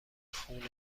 خونه